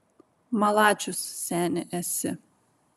malačius seni esi